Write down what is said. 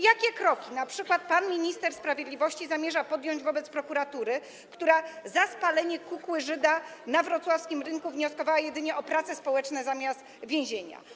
Jakie kroki np. pan minister sprawiedliwości zamierza podjąć wobec prokuratury, która za spalenie kukły Żyda na wrocławskim rynku wnioskowała jedynie o prace społeczne zamiast więzienia?